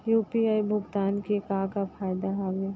UPI भुगतान के का का फायदा हावे?